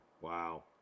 Wow